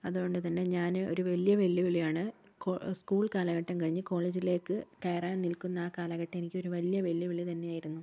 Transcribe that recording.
അതുകൊണ്ട് തന്നെ ഞാൻ ഒരു വലിയ വെല്ലുവിളിയാണ് സ്കൂൾ കാലഘട്ടം കഴിഞ്ഞ് കോളേജിലേക്ക് കയറാൻ നിൽക്കുന്ന ആ കാലഘട്ടം എനിക്കൊരു വലിയ വെല്ലുവിളി തന്നെയായിരുന്നു